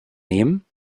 nehmen